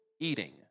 eating